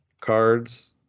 cards